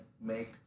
make